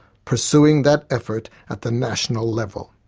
pursuing that effort at the national level.